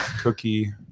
cookie